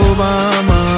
Obama